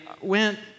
went